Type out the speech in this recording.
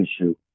issue